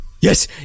yes